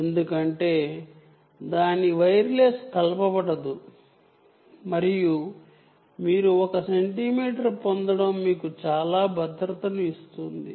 ఎందుకంటే దాని వైర్లెస్ కలపబడలేదు మరియు మీరు 1 సెంటీమీటర్ పొందడం వలన మీకు చాలా భద్రతను ఇస్తుంది